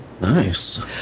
Nice